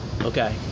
Okay